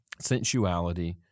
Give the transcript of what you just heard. sensuality